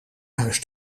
huis